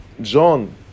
John